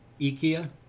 Ikea